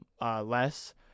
less